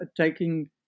taking